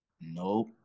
Nope